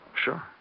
Sure